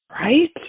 Right